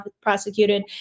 prosecuted